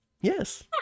Yes